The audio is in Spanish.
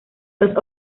los